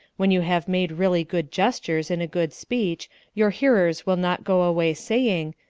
when you have made really good gestures in a good speech your hearers will not go away saying,